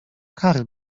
kary